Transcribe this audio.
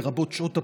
לרבות שעות הפעילות,